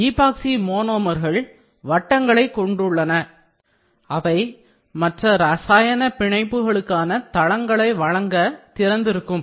epoxy மோனோமர்கள் வட்டங்களை கொண்டுள்ளன அவை மற்ற இரசாயன பிணைப்புகளுக்கான தளங்களை வழங்க திறந்திருக்கும்